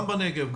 גם בנגב,